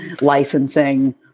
licensing